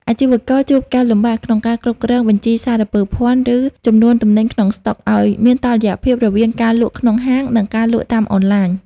អាជីវករជួបការលំបាកក្នុងការគ្រប់គ្រងបញ្ជីសារពើភណ្ឌ ឬចំនួនទំនិញក្នុងស្តុក ឱ្យមានតុល្យភាពរវាងការលក់ក្នុងហាង និងការលក់តាមអនឡាញ។